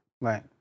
Right